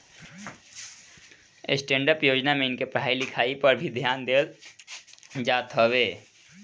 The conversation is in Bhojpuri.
स्टैंडडप योजना में इनके पढ़ाई लिखाई पअ भी ध्यान देहल जात हवे